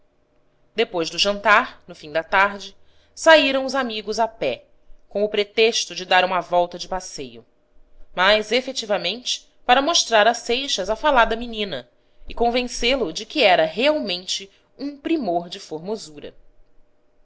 depois do jantar no fim da tarde saíram os amigos a pé com o pretexto de dar uma volta de passeio mas efetivamente para mostrar a seixas a falada menina e convencê-lo de que era realmente um primor de formosura